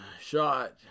shot